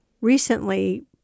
recently